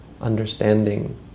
understanding